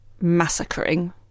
massacring